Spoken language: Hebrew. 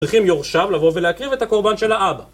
צריכים יורשיו לבוא ולהקריב את הקורבן של האבא